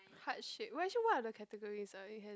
hardship wait actually what are the categories ah we have